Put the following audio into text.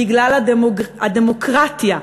בגלל הדמוקרטיה,